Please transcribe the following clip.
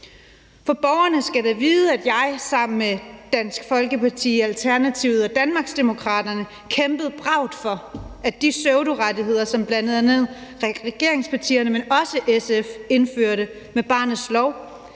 For borgerne skal da vide, at jeg sammen med Dansk Folkeparti, Alternativet og Danmarksdemokraterne kæmpede bravt, i forhold til at de pseudorettigheder, som bl.a. regeringspartierne, men også SF indførte med barnets lov, slet